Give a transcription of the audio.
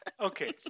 Okay